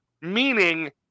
Meaning